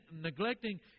neglecting